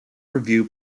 review